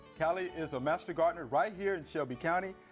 callie is a master gardener right here in shelby county.